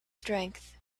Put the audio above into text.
strength